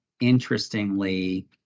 Interestingly